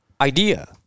idea